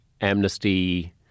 ...amnesty